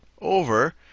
over